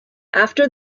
after